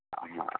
हँ